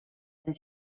and